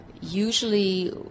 usually